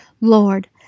Lord